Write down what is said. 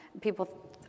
people